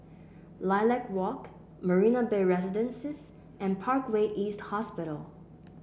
Lilac Walk Marina Bay Residences and Parkway East Hospital